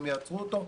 הם יעצרו אותו.